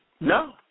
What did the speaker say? No